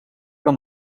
kan